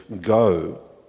go